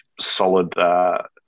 solid